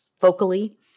vocally